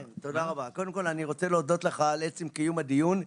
קודם כל אני רוצה להודות לך על עצם קיום הדיון.